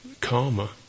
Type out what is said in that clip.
karma